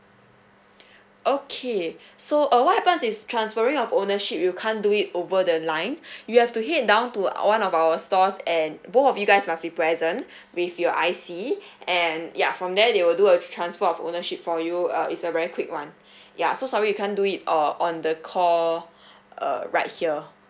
okay so uh what happens is transferring of ownership you can't do it over the line you have to head down to one of our stores and both of you guys must be present with your I_C and ya from there they will do a transfer of ownership for you uh it's a very quick one ya so sorry you can't do it err on the call uh right here